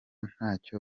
ntacyo